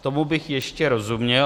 Tomu bych ještě rozuměl.